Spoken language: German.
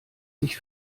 sich